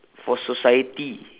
for society